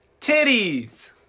Titties